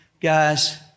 Guys